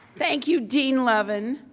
thank you, dean levin,